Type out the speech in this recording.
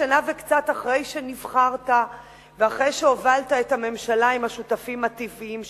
שנה וקצת אחרי שנבחרת ואחרי שהובלת את הממשלה עם השותפים הטבעיים שלך.